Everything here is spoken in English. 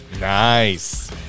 Nice